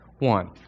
One